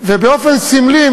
ובאופן סמלי,